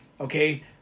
Okay